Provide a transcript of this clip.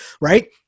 right